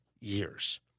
years